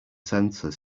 center